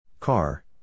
Car